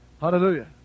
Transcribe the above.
Hallelujah